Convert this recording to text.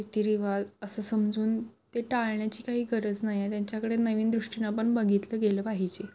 रितीरिवाज असं समजून ते टाळण्याची काही गरज नाही आहे त्यांच्याकडे नवीन दृष्टीनं पण बघितलं गेलं पाहिजे